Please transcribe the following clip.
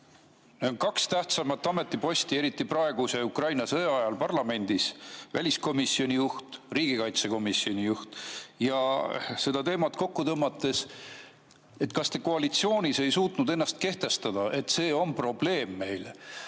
Kaks tähtsamat ametiposti parlamendis, eriti praeguse Ukraina sõja ajal: väliskomisjoni juht, riigikaitsekomisjoni juht. Seda teemat kokku tõmmates: kas te koalitsioonis ei suutnud ennast kehtestada, et see on probleem meile?